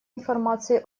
информации